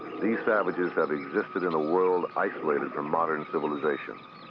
these savages have existed in a world isolated from modern civilization.